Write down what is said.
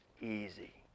easy